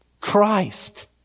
Christ